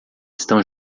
estão